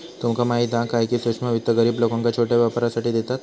तुमका माहीत हा काय, की सूक्ष्म वित्त गरीब लोकांका छोट्या व्यापारासाठी देतत